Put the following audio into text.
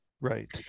right